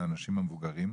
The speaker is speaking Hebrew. של האנשים המבוגרים,